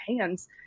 hands